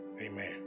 Amen